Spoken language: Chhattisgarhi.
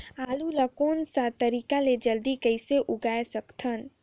आलू ला कोन सा तरीका ले जल्दी कइसे उगाय सकथन?